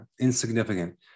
insignificant